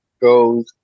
goes